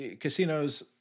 casinos